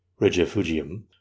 Regifugium